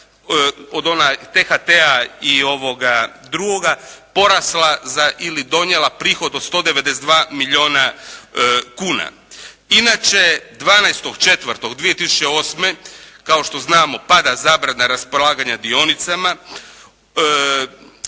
od onog THT-a i ovoga drugoga porasla ili donijela prihod od 192 milijuna kuna. Inače 12. 4. 2008. kao što znamo pada zabrana raspolaganja dionicama